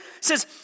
says